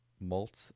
malt